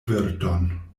virton